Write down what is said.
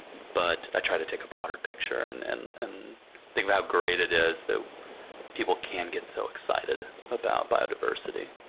but i try to take a broader picture and and and think of how great it is that people can get so excited about biodiversity.